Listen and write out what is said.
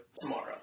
tomorrow